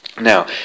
now